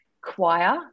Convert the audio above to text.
choir